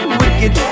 wicked